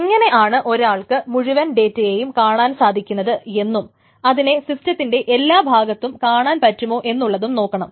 എങ്ങനെ ആണ് ഒരാൾക്ക് മുഴുവൻ ഡേറ്റയേയും കാണാൻ സാധിക്കുന്നത് എന്നും അതിനെ സിസ്റ്റത്തിൻറെ എല്ലാ ഭാഗത്തും കാണാൻ പറ്റുമോ എന്നുള്ളതും നോക്കണം